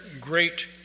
great